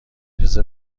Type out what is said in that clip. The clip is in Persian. اجازه